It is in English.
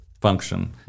function